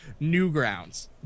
Newgrounds